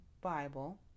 Bible